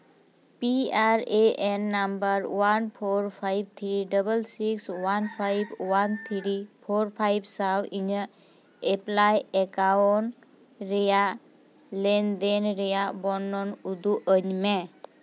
P R A N number one four five three double six one five one three four five ᱥᱟᱶ ᱤᱧᱟᱹᱜ apply account ᱨᱮᱭᱟᱜ ᱞᱮᱱᱫᱮᱱ ᱨᱮᱭᱟᱜ ᱵᱚᱨᱱᱚᱱ ᱩᱫᱩᱜ ᱟᱹᱧ ᱢᱮ